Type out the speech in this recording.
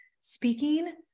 Speaking